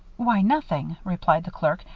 why, nothing, replied the clerk.